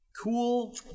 Cool